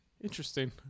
Interesting